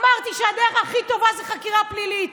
אמרתי שהדרך הכי טובה זה חקירה פלילית.